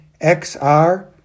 XR